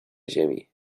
ziemi